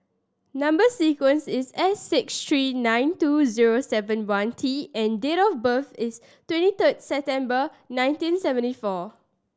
number sequence is S six three nine two zero seven one T and date of birth is twenty third September nineteen seventy four